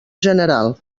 general